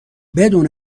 بدون